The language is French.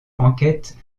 enquête